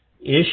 issue